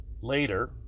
Later